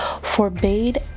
forbade